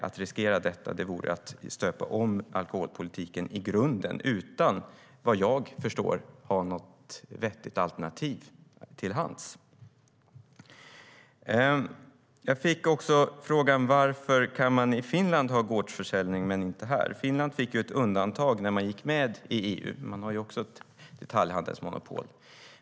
Att riskera detta vore att stöpa om alkoholpolitiken i grunden utan att vad jag förstår ha något vettigt alternativ till hands. Jag fick också frågan: Varför kan man i Finland ha gårdsförsäljning men inte här? Finland fick ett undantag när det gick med i EU. Man har också ett detaljhandelsmonopol.